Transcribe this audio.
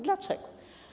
Dlaczego?